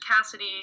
Cassidy